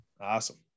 Awesome